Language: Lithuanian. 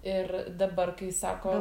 ir dabar kai sako